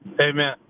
Amen